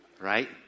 Right